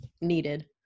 needed